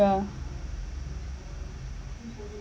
yeah